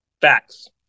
Facts